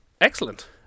excellent